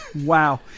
Wow